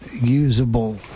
usable